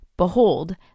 Behold